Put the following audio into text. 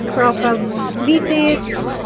profile visits,